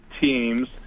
teams